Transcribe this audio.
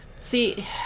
see